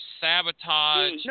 sabotage